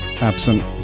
absent